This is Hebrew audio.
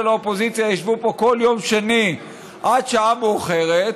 האופוזיציה ישבו פה כל יום שני עד שעה מאוחרת,